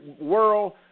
world